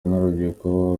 n’urubyiruko